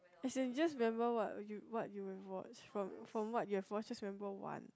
as in just remember what you what you were from what you had forced level one